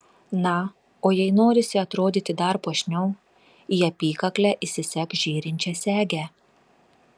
na o jei norisi atrodyti dar puošniau į apykaklę įsisek žėrinčią segę